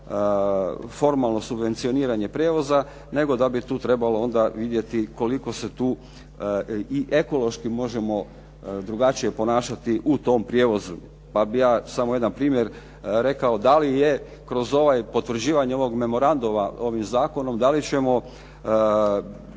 formalno subvencioniranje prijevoza, nego da bi tu trebalo onda vidjeti koliko se tu i ekološki možemo drugačije ponašati u tom prijevozu. Pa bih ja samo jedan primjer rekao. Da li je kroz ovaj, potvrđivanje ovog memoranduma ovim zakonom da li ćemo